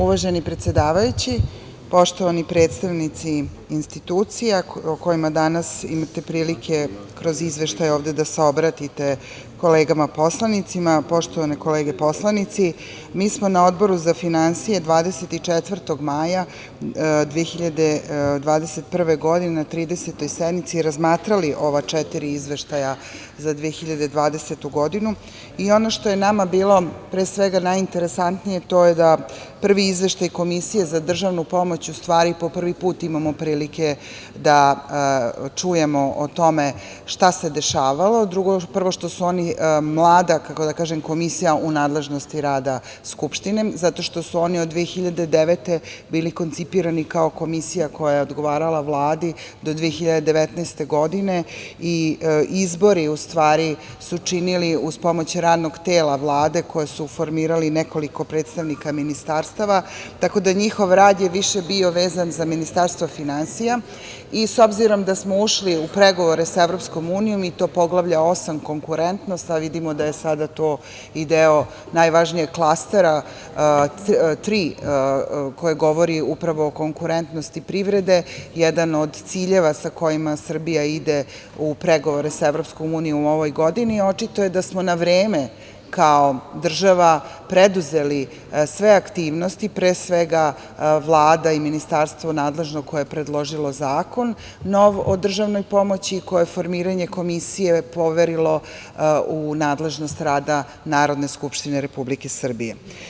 Uvaženi predsedavajući, poštovani predstavnici institucija o kojima danas imate prilike kroz izveštaje ovde da se obratite kolegama poslanicima, poštovane kolege poslanici, mi smo na Odboru za finansije 24. maja 2021. godine, na 30. sednici, razmatrali ova četiri izveštaja za 2020. godinu, i ono što je nama bilo najinteresantnije, to je da prvi izveštaj Komisije za državnu pomoć ustvari po prvi put imamo prilike da čujemo o tome šta se dešavalo, a drugo, što su oni, kako da kažem komisija u nadležnosti rada Skupštine, zato što su oni 2009. godine bili koncipirani kao komisija koja je odgovarala Vladi do 2019. godine i izbori ustvari su učinili uz pomoć radnog tela Vlade koji su formirali nekoliko predstavnika ministarstava, tako da je njihov rad bio više vezan za Ministarstvo finansija, i sa obzirom da smo ušli u pregovore sa EU i to poglavlje 8. konkurentnost, a vidimo da je to deo i najvažnijeg klastera 3. koje govori o konkurentnosti privrede, jedan od ciljeva sa kojima Srbija ide u pregovore sa EU, u ovoj godini i očito je da smo na vreme kao država preduzeli sve aktivnosti, pre svega Vlada i Ministarstvo nadležno koje je predložilo zakon, nov o državnoj pomoći, koje je formiranje komisije poverilo u nadležnost rada Narodne skupštine Republike Srbije.